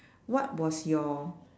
what was your